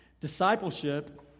discipleship